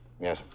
Yes